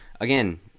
Again